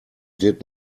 did